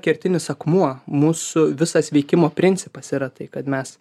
kertinis akmuo mūsų visas veikimo principas yra tai kad mes